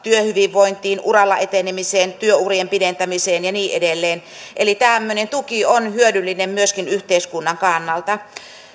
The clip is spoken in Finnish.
työhyvinvointiin uralla etenemiseen työurien pidentämiseen ja niin edelleen tämmöinen tuki on hyödyllinen myöskin yhteiskunnan kannalta